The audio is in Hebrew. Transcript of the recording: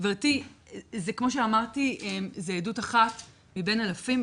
גבירתי, זה כמו שאמרתי, זה עדות אחת מבין אלפים.